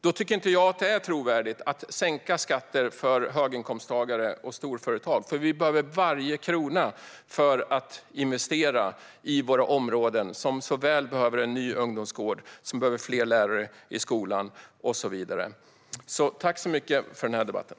Då tycker inte jag att det är trovärdigt att sänka skatter för höginkomsttagare och storföretag, eftersom vi behöver varje krona för att investera i våra områden som så väl behöver en ny ungdomsgård, som behöver fler lärare i skolan och så vidare. Jag tackar för den här debatten.